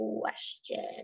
question